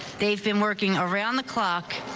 they've been working around the clock.